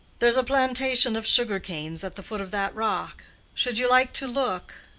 there's a plantation of sugar-canes at the foot of that rock should you like to look?